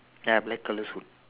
ya black colour suit